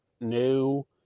new